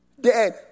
dead